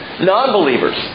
Non-believers